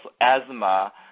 asthma